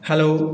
hello